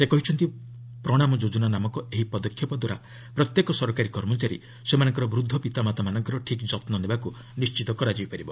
ସେ କହିଛନ୍ତି ପ୍ରଶାମ ଯୋଜନା ନାମକ ଏହି ପଦକ୍ଷେପଦ୍ୱାରା ପ୍ରତ୍ୟେକ ସରକାରୀ କର୍ମଚାରୀ ସେମାନଙ୍କର ବୃଦ୍ଧ ପିତାମାତାମାନଙ୍କର ଠିକ୍ ଯତ୍ନ ନେବାକୁ ନିଣ୍ଚିତ କରାଯାଇପାରିବ